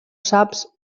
saps